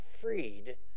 freed